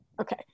Okay